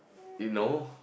you know